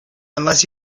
unless